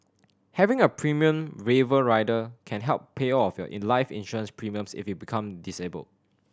having a premium waiver rider can help pay all of your life insurance premiums if you become disabled